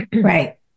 Right